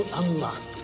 unlock